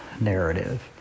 narrative